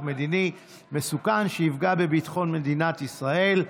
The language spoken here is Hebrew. מדיני מסוכן שיפגע בביטחון מדינת ישראל.